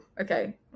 okay